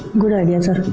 good idea sir.